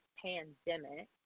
pandemic